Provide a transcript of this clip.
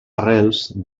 arrels